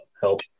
help